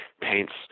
paints